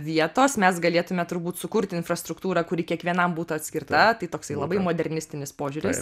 vietos mes galėtume turbūt sukurti infrastruktūrą kuri kiekvienam būtų atskirta tai toksai labai modernistinis požiūris